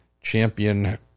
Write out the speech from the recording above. champion